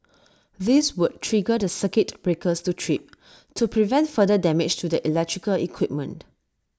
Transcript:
this would trigger the circuit breakers to trip to prevent further damage to the electrical equipment